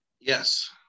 Yes